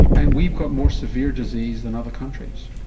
and we've got more severe disease than other countries.